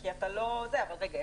אבל רגע,